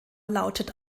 lautet